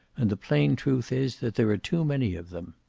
and the plain truth is that there are too many of them.